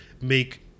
make